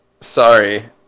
Sorry